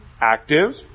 active